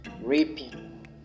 raping